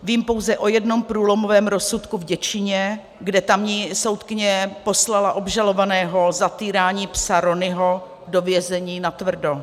Vím pouze o jednom průlomovém rozsudku v Děčíně, kde tamní soudkyně poslala obžalovaného za týrání psa Ronyho do vězení natvrdo.